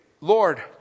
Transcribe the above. Lord